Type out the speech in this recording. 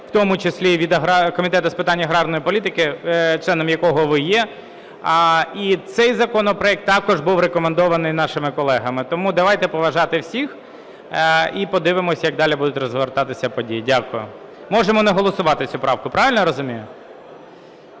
в тому числі і від Комітету з питань аграрної політики, членом якого ви є. І цей законопроект також був рекомендований нашими колегами. Тому давайте поважати всіх і подивимось, як далі будуть розгортатися події. Дякую. Можемо не голосувати цю правку, правильно я розумію?